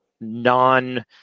non